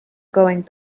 going